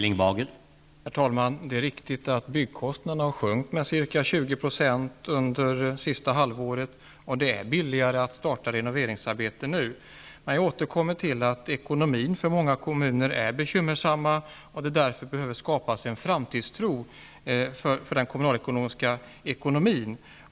Herr talman! Det är riktigt att byggkostnaderna har sjunkit med ca 20 % under det senaste halvåret och att det är billigare att starta renoveringsarbeten nu. Men jag återkommer till att ekonomin är bekymmersam för många kommuner och att det därför behöver skapas en framtidstro på den kommunala ekonomin.